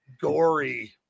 gory